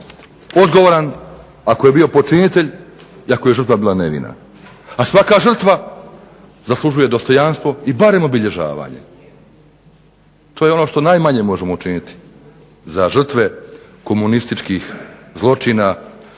odgovoran ako je bio počinitelj, i ako je žrtva bila nevina, a svaka žrtva zaslužuje dostojanstvo i barem obilježavanje. To je ono što najmanje možemo učiniti za žrtve komunističkih zločina,